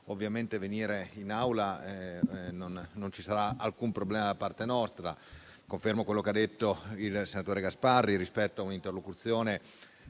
vorranno venire in Aula, non ci sarà alcun problema da parte nostra. Confermo quello che ha detto il senatore Gasparri rispetto a un'interlocuzione